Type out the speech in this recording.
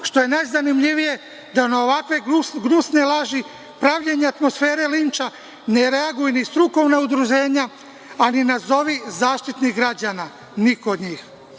što je najzanimljivije je da na ovakve gnusne laži pravljenja atmosfere linča ne reaguju ni strukovna udruženja, a ni, nazovi, Zaštitnik građana. Niko od njih.U